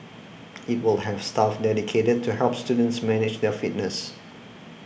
it will have staff dedicated to help students manage their fitness